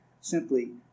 simply